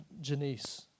Janice